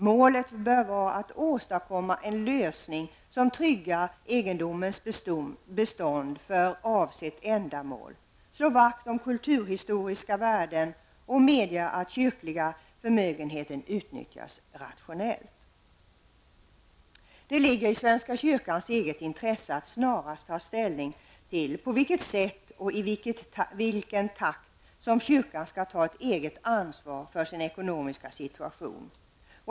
Målet bör vara att åstadkomma en lösning som tryggar egendomens bestånd för avsett ändamål, slå vakt om kulturhistoriska värden och medge att kyrkans förmögenhet utnyttjas rationellt. Det ligger i svenska kyrkans eget intresse att snarast ta ställning till på vilket sätt och i vilken takt som kyrkan skall ta eget ansvar för sin ekonomiska situation.